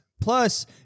Plus